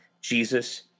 Jesus